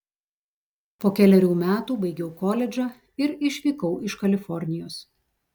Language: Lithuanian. po kelerių metų baigiau koledžą ir išvykau iš kalifornijos